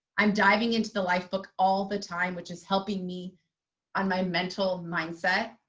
i'm diving into the lifebook all the time, which is helping me on my mental mindset.